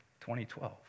2012